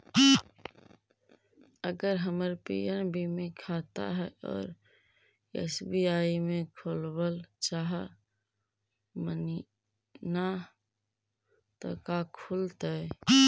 अगर हमर पी.एन.बी मे खाता है और एस.बी.आई में खोलाबल चाह महिना त का खुलतै?